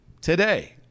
Today